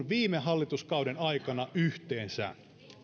viime hallituskauden aikana yhteensä